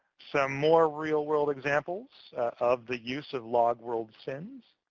some more real-world examples of the use of logworld sin's.